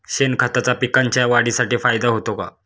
शेणखताचा पिकांच्या वाढीसाठी फायदा होतो का?